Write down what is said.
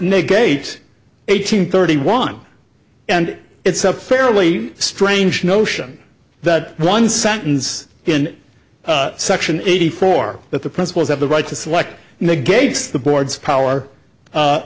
negate eight hundred thirty one and it's a fairly strange notion that one sentence in section eighty four that the principals have the right to select negates the board's power u